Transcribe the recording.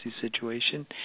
situation